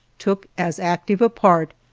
took as active a part,